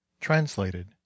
translated